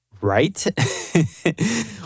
right